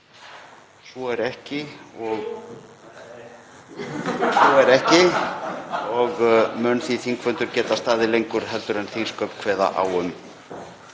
Svo er ekki og mun því þingfundur geta staðið lengur en þingsköp kveða á um.